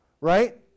right